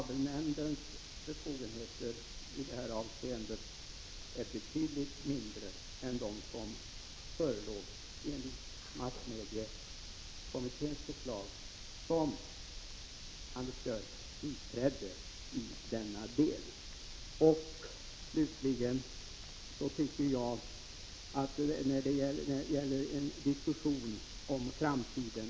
Herr talman! Sammanfattningsvis vill jag säga att kabelnämndens befogenheter i detta avseende är betydligt mindre än de var i massmediekommitténs förslag, som Anders Björck biträdde i denna del.